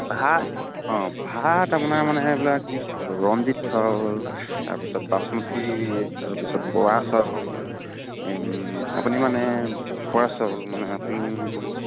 ভাত অঁ ভাত আপোনাৰ মানে এইবিলাক কি চাউল ৰঞ্জিত চাউল তাৰপিছত বাচমতি তাৰপিছত বৰা চাউল আপুনি মানে খোৱা চাউল মানে আপুনি